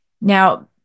Now